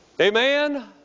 Amen